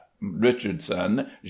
richardson